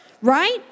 right